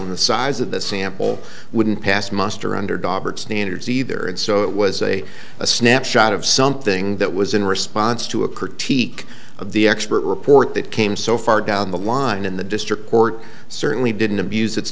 in the size of the sample wouldn't pass muster under dog standards either and so it was a a snapshot of something that was in response to a critique of the expert report that came so far down the line in the district court certainly didn't abuse it